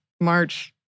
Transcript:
March